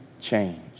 change